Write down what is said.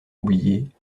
oubliés